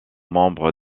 membre